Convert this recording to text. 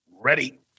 Ready